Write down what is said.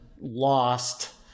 lost